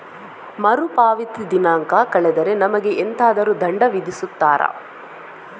ಮರುಪಾವತಿ ದಿನಾಂಕ ಕಳೆದರೆ ನಮಗೆ ಎಂತಾದರು ದಂಡ ವಿಧಿಸುತ್ತಾರ?